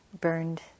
burned